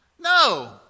no